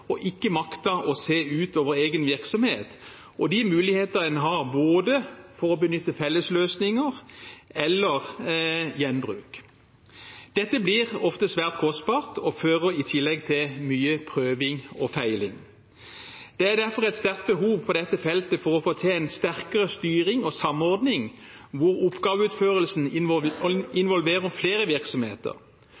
og ikke maktet å se utover egen virksomhet og de muligheter en har for å benytte fellesløsninger eller gjenbruk. Dette blir ofte svært kostbart og fører i tillegg til mye prøving og feiling. Det er derfor et sterkt behov på dette feltet for å få til en sterkere styring og samordning, hvor oppgaveutførelsen